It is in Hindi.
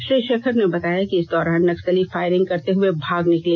श्री शेखर ने बताया कि इस दौरान नक्सली फायरिंग करते हुए भाग निकले